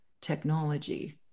technology